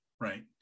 Right